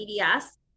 EDS